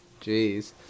Jeez